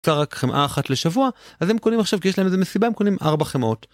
קצר רק חמאה אחת לשבוע, אז הם קונים עכשיו, כי יש להם איזה מסיבה, הם קונים 4 חמאות.